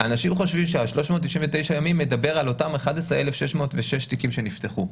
אנשים חושבים שהנתון של 399 ימים מדבר על אותם 11,606 תיקים שנפתחו.